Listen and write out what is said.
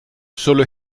sólo